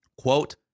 quote